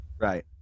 right